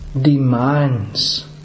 demands